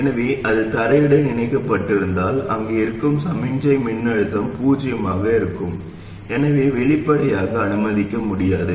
எனவே அது தரையுடன் இணைக்கப்பட்டிருந்தால் இங்கே இருக்கும் சமிக்ஞை மின்னழுத்தம் பூஜ்ஜியமாக இருக்கும் எனவே வெளிப்படையாக அனுமதிக்க முடியாது